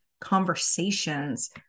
conversations